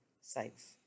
sites